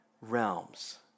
realms